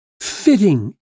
fitting